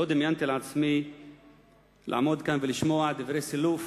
דמיינתי לעצמי לעמוד כאן ולשמוע דברי סילוף